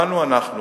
באנו אנחנו,